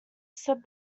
said